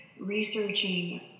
researching